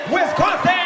Wisconsin